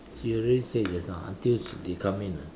he already said just now until they come in ah